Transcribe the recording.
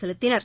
செலுத்தினர்